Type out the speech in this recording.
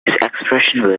expression